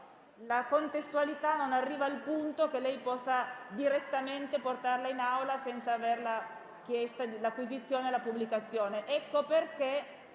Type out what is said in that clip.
La contestualità non arriva al punto che lei possa direttamente portarlo in Aula senza l'acquisizione e la pubblicazione. Per